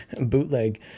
Bootleg